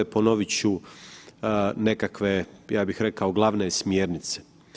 Ponovit ću nekakve ja bih rekao glavne smjernice.